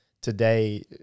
today